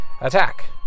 attack